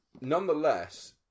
nonetheless